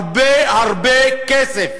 הרבה הרבה כסף.